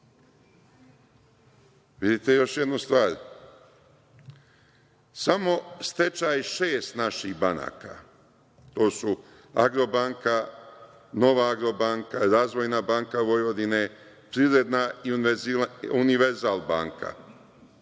10.Vidite još jednu stvar, samo stečaj šest naših banaka, to su „Agrobanka“, „Nova agrobanka“, „Razvojna banka Vojvodine“, „Privredna“ i „Univerzal banka“,